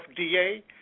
FDA